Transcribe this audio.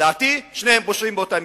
לדעתי, שניהם פושעים באותה מידה.